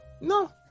No